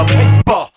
paper